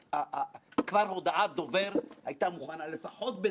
אתה אומר שהוא לא קרא את הדוח.